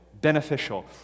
beneficial